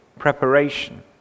preparation